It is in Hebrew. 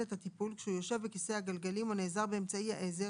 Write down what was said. את הטיפול כשהוא יושב בכיסא הגלגלים או נעזר באמצעי העזר,